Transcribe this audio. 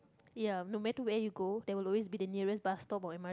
ya no matter where you go there will always be the nearest bus stop or M_R